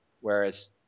Whereas